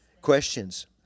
Questions